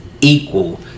equal